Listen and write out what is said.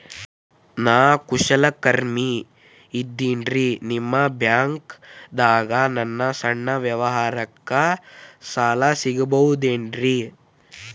ನಾ ಕುಶಲಕರ್ಮಿ ಇದ್ದೇನ್ರಿ ನಿಮ್ಮ ಬ್ಯಾಂಕ್ ದಾಗ ನನ್ನ ಸಣ್ಣ ವ್ಯವಹಾರಕ್ಕ ಸಾಲ ಸಿಗಬಹುದೇನ್ರಿ?